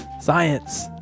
science